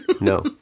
no